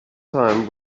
time